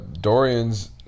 Dorian's